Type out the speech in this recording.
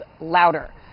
louder